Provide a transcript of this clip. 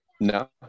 No